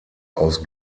aus